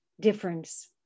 difference